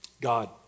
God